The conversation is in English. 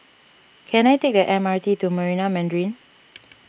can I take the M R T to Marina Mandarin